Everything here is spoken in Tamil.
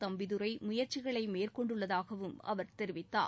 தம்பிதுரை முயற்சிகளை மேற்கொண்டுள்ளதாகவும் அவர் தெரிவித்தார்